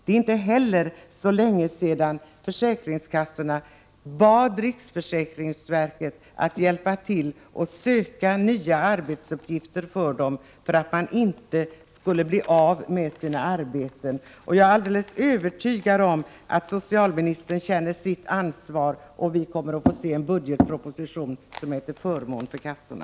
Det är inte heller så länge sedan försäkringskassorna bad riksförsäkringsverket hjälpa till att söka nya arbetsuppgifter för kassorna, för att inte personalen skulle bli av med sina arbeten. Jag är alldeles övertygad om att socialministern känner sitt ansvar och att vi kommer att få se en budgetproposition som är till förmån för kassorna.